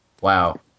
Wow